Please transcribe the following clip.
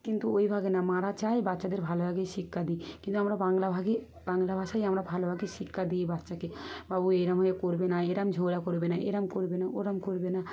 কিন্তু ওইভাবে না মায়েরা চায় বাচ্চাদের ভালোভাবেই শিক্ষা দিই কিন্তু আমরা বাংলাভাবে বাংলা ভাষাই আমরা ভালোভাবে শিক্ষা দিই বাচ্চাকে বাবু এরম হয়ে করবে না এরম ঝগড়া করবে না এরম করবে না ওরম করবে না